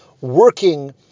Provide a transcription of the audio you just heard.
working